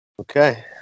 Okay